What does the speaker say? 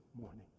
morning